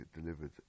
delivered